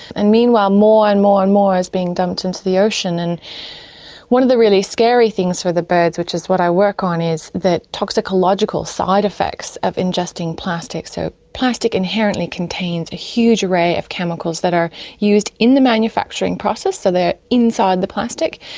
and meanwhile more and more and more is being dumped into the ocean. and one of the really scary things for the birds which is what i work on is the toxicological side effects of ingesting plastic. so plastic inherently contains a huge array of chemicals that are used in the manufacturing process, so they're inside the plastic.